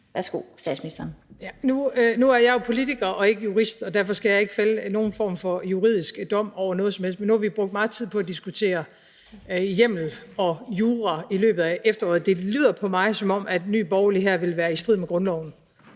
(Mette Frederiksen): Nu er jeg jo politiker og ikke jurist, og derfor skal jeg ikke fælde nogen form for juridisk dom over noget som helst. Men nu har vi brugt meget tid på at diskutere hjemmel og jura i løbet af efteråret, og det lyder for mig, som om Nye Borgerlige her vil lave noget, der er i strid med grundloven.